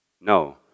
No